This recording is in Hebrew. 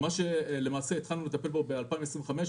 התחלנו לטפל בזה ב-2015,